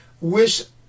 Wish